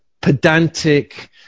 pedantic